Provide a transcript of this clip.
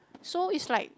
so is like